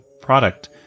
product